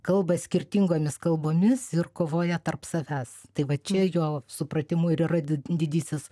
kalba skirtingomis kalbomis ir kovoje tarp savęs tai va čia jo supratimu ir yra di didysis